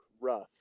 rough